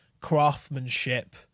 craftsmanship